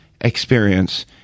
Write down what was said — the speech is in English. experience